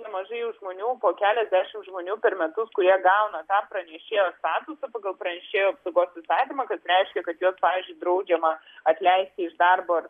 nemažai jau žmonių po keliasdešimt žmonių per metus kurie gauna tą pranešėjo statusą pagal pranešėjų apsaugos įstatymą kas reiškia kad jo pavyzdžiui draudžiama atleisti iš darbo ar